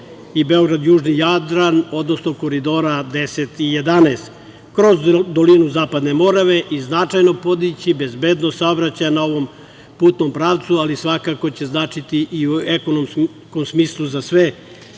i Beograd-južni Jadran, odnosno koridora 10 i 11, kroz dolinu Zapadne Morave i značajno podići bezbednost saobraćaja na ovom putnom pravcu, ali svakako će značiti i u ekonomskom smislu za sve